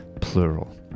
plural